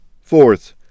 Fourth